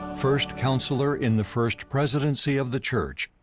first counselor in the first presidency of the church,